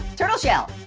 turtle shell.